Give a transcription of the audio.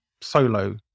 solo